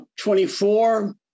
24